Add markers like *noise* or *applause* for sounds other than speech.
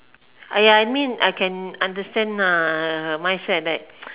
ya I mean I can understand ah her her mindset that *noise*